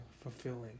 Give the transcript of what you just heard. fulfilling